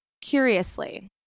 curiously